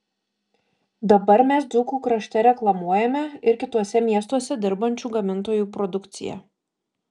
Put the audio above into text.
dabar mes dzūkų krašte reklamuojame ir kituose miestuose dirbančių gamintojų produkciją